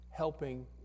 Helping